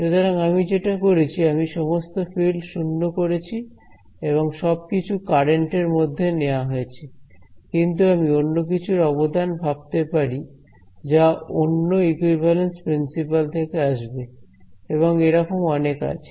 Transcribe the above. সুতরাং আমি যেটা করেছি আমি সমস্ত ফিল্ড শূন্য করেছি এবং সবকিছু কারেন্টের মধ্যে নেয়া হয়েছে কিন্তু আমি অন্য কিছুর অবদান ভাবতে পারি যা অন্য ইকুইভ্যালেন্স প্রিন্সিপাল থেকে আসবে এবং এরকম অনেক আছে